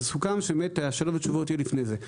אז סוכם באמת השאלות ותשובות יהיה לפני זה,